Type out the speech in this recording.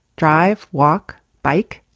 drive, walk, bike.